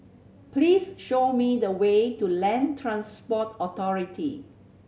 please show me the way to Land Transport Authority